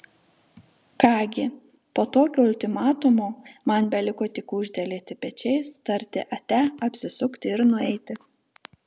ką gi po tokio ultimatumo man beliko tik gūžtelėti pečiais tarti ate apsisukti ir nueiti